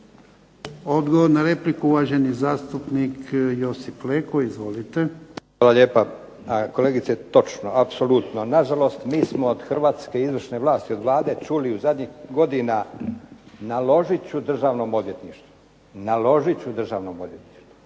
Odgovor na repliku, uvaženi zastupnik Josip Leko. Izvolite. **Leko, Josip (SDP)** Hvala lijepa. Kolegice, točno apsolutno, na žalost mi smo od hrvatske izvršne vlasti, od Vlade čuli u zadnjih godina naložit ću državnom odvjetništvu, naložit ću državnom odvjetništvu,